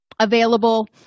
available